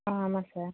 ஆ ஆமாம் சார்